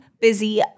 busy